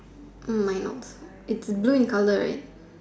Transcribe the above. mine also is blue in colour right